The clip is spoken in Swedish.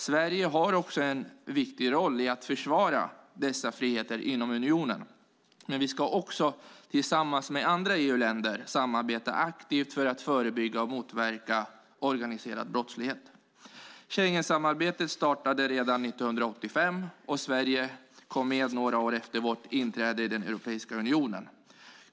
Sverige har en viktig roll i att försvara dessa friheter inom unionen, men vi ska också tillsammans med andra EU-länder samarbeta aktivt för att förebygga och motverka organiserad brottslighet. Schengensamarbetet startade redan 1985, och Sverige kom med några år efter vårt inträde i Europeiska unionen.